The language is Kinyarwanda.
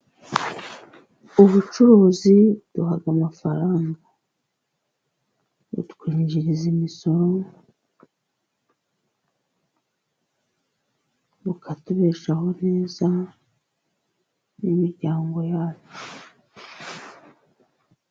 Ubucuruzi buduha amafaranga, butwinjiriza imisoro, bukatubeshaho neza n'imiryango yacu.